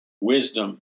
wisdom